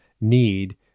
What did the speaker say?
need